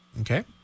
Okay